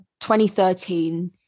2013